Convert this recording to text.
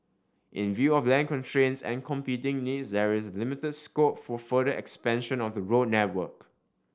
in view of land constraints and competing needs there is limited scope for further expansion of the road network